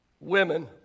Women